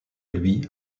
lui